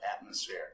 atmosphere